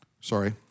Sorry